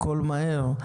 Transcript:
הכול מהר,